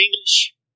English